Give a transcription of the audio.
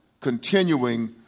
continuing